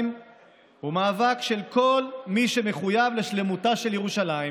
הוא מאבק של כל מי שמחויב לשלמותה של ירושלים.